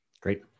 Great